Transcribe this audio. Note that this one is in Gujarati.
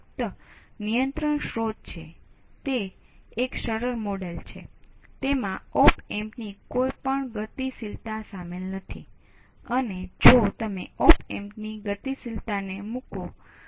તેથી હવે મારા કિસ્સામાં અહીં વોલ્ટેજ શું છે કે VA આ છે Vtest આ છે અને VB આ છે તો આ રીતે આ સમગ્ર બાબત છે